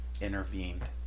intervened